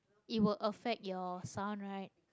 it will affect your son right